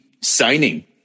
signing